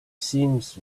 seems